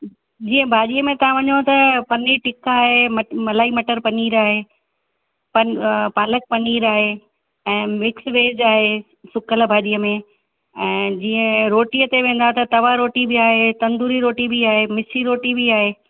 जीअं भाॼीअ में तव्हां वञो त पनीर टिका आहे मल मलाई मटर पनीर आहे पन पालक पनीर आहे ऐं मिक्स वेज आहे सुकल भाॼीअ में ऐं जीअं ऐं रोटीअ ते वेंदा त तव्हां रोटी बि आहे तंदूरी रोटी बि आहे मिस्सी रोटी बि आहे